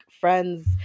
friends